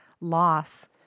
loss